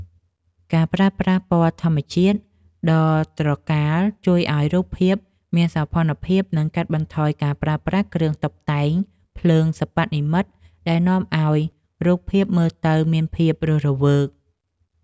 ការប្រើប្រាស់ពន្លឺធម្មជាតិដ៏ត្រកាលជួយឱ្យរូបភាពមានសោភ័ណភាព និង កាត់បន្ថយការប្រើប្រាស់គ្រឿងតុបតែងភ្លើងសិប្បនិម្មិតដែលនាំឱ្យរូបភាពមើលទៅមានភាពរស់រវើក។